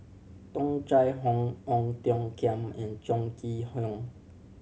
Tung Chye Hong Ong Tiong Khiam and Chong Kee Hiong